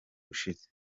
ushize